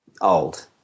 old